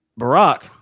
Barack